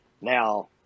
Now